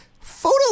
photo